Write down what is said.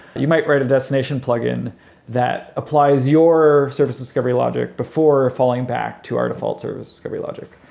you might write a destination plugin that applies your service discovery logic before falling back to our default service discovery logic.